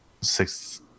six